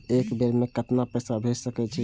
एक बेर में केतना पैसा भेज सके छी?